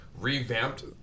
revamped